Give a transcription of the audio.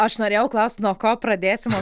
aš norėjau klaust nuo ko pradėsim o